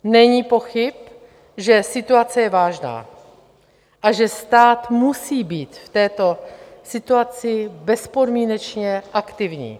Není pochyb, že situace je vážná a že stát musí být v této situaci bezpodmínečně aktivní.